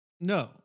No